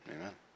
Amen